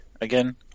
again